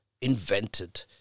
invented